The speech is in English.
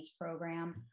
Program